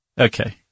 Okay